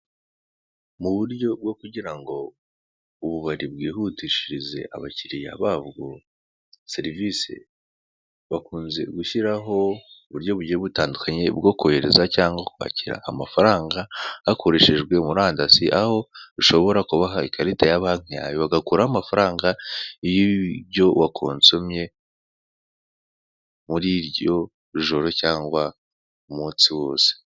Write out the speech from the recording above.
Mu buryo bwo kugira ngo ububari bwihutishirize abakiriya babwo serivise. Bakunze gushyiraho uburyo bugiye butandukanye bwo kohereza cyangwa kwakira amafaranga hakoreshejwe murandasi aho ushobora kubaha ikarita ya banki yawe bagakuraho amafaranga y'ibyo wakonsomye muri iryo joro cyangwa umunsi wose.